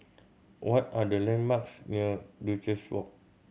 what are the landmarks near Duchess Walk